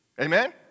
Amen